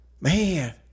Man